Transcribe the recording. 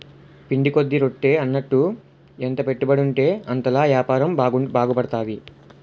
పిండి కొద్ది రొట్టి అన్నట్టు ఎంత పెట్టుబడుంటే అంతలా యాపారం బాగుపడతది